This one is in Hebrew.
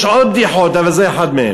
יש עוד בדיחות, אבל זו אחת מהן.